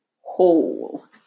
whole